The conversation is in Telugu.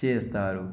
చేస్తారు